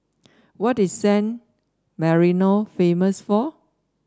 what is San Marino famous for